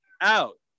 out